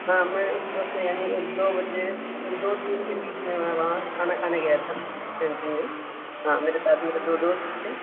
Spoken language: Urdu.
ہاں میں اس وقت یعنی ایک دو بجے دو تین کے بیچ میں میں وہاں کھانا کھانے گیا تھا کینٹین میں ہاں میرے ساتھ میرے دو دوست تھے